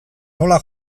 nola